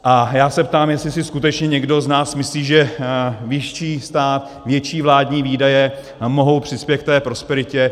A já se ptám, jestli si skutečně někdo z nás myslí, že větší stát, větší vládní výdaje mohou přispět k té prosperitě.